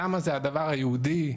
למה זה הדבר היהודי,